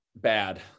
Bad